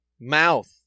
mouth